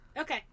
Okay